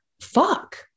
fuck